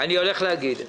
אני הולך להגיד.